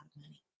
money